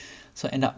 so end up